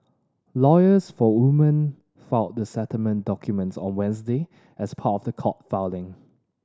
lawyers for woman filed the settlement documents on Wednesday as part of a court filing